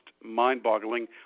mind-boggling